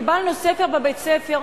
קיבלנו ספר בבית-ספר,